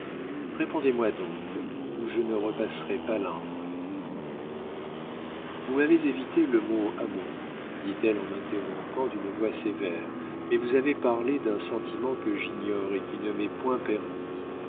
répondez-moi donc ou je ne repasserai pas l'indre vous m'avez évité le mot amour dit-elle en m'interrompant d'une voix sévère mais vous avez parlé d'un sentiment que j'ignore et qui ne m'est point permis